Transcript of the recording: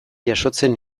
jasotzen